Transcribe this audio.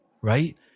right